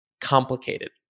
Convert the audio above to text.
complicated